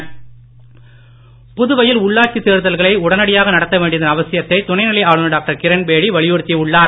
கிரண்பேடி புதுவையில் உள்ளாட்சி தேர்தல்களை உடனடியாக நடத்த வேண்டியதன் அவசியத்தை துணை நிலை ஆளுநர் டாக்டர் கிரண்பேடி வலியுறுத்தி உள்ளார்